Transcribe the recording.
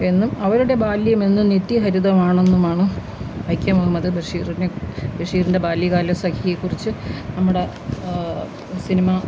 എന്നും അവരുടെ ബാല്യമെന്നും നിത്യഹരിതമാണെന്നുമാണ് വൈക്കം മുഹമ്മദ് ബഷീറിന് ബഷീറിന്റെ ബാല്യകാല സഖിയേക്കുറിച്ച് നമ്മുടെ സിനിമ